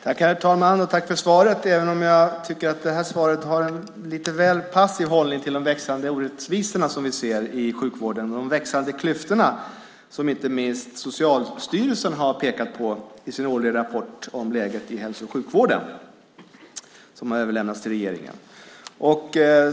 Herr talman! Jag tackar för svaret även om jag tycker att svaret har en lite väl passiv hållning till de växande orättvisor vi ser i sjukvården och till de växande klyftor som inte minst Socialstyrelsen i sin årliga rapport om läget i hälso och sjukvården pekat på. Rapporten har överlämnats till regeringen.